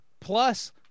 plus